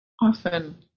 often